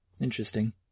interesting